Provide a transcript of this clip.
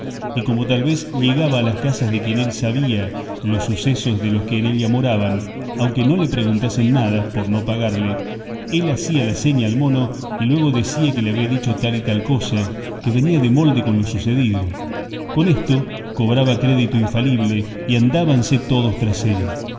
y como tal vez llegaba a las casas de quien él sabía los sucesos de los que en ella moraban aunque no le preguntasen nada por no pagarle él hacía la seña al mono y luego decía que le había dicho tal y tal cosa que venía de molde con lo sucedido con esto cobraba crédito inefable y andábanse todos tras él